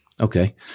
Okay